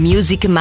Music